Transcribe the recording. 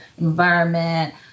environment